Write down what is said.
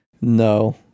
no